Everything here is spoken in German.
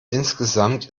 insgesamt